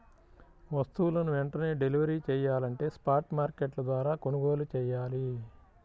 వస్తువులు వెంటనే డెలివరీ చెయ్యాలంటే స్పాట్ మార్కెట్ల ద్వారా కొనుగోలు చెయ్యాలి